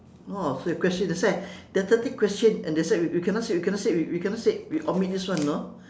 oh so your question that's why there are thirty question and that's why we cannot say we cannot say we cannot say we omit this one you know